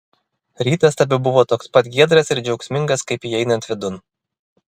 rytas tebebuvo toks pat giedras ir džiaugsmingas kaip įeinant vidun